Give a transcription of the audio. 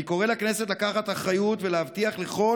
אני קורא לכנסת לקחת אחריות ולהבטיח לכל